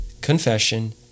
confession